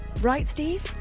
right steve?